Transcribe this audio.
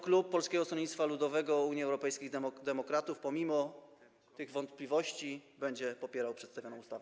Klub Polskiego Stronnictwa Ludowego - Unii Europejskich Demokratów pomimo tych wątpliwości będzie popierał przedstawioną ustawę.